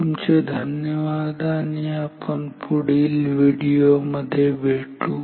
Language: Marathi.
तुमचे धन्यवाद आपण पुढील व्हिडिओ मध्ये भेटू